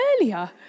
earlier